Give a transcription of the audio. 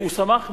הוא שמח מאוד,